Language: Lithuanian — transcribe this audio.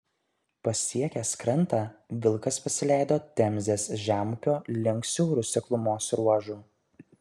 pasiekęs krantą vilkas pasileido temzės žemupio link siauru seklumos ruožu